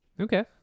Okay